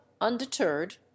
undeterred